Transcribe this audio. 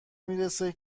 میرسه